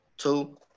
Two